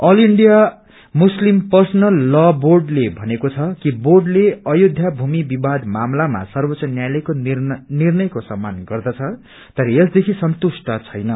all India Muslim personal law बोर्डते भनेको छ कि बोर्डते अयोध्या भूमि विवाद मामला मा सर्वोच्च न्यायालयको निर्णको सम्मान गर्दछ तर यसदेखि संतुष्ठ छैन